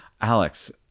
Alex